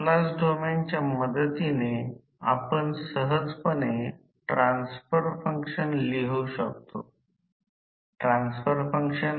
तर पुढे हे पहिल सर्किट आहे पुढील एक आहे आणि रोटर n च्या वेगाने फिरत आहे येथे n असे दिलेले आहे